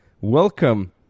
Welcome